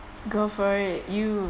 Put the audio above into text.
go for it you